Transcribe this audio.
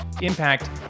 impact